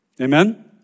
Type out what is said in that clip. Amen